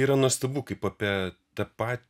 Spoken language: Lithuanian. yra nuostabu kaip apie tą patį